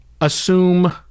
assume